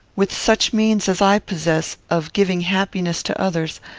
with such means as i possess, of giving happiness to others,